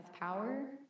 power